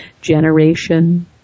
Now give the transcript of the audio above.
generation